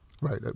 Right